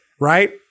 right